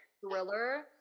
thriller